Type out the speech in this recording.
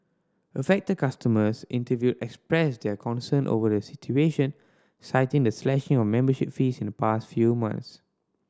affected customers interviewed expressed their concern over the situation citing the slashing of membership fees in the past few months